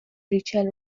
ریچل